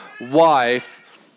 wife